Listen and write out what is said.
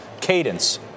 Cadence